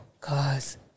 cause